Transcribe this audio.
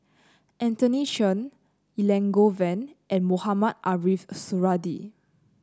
Anthony Chen Elangovan and Mohamed Ariff Suradi